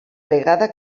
vegada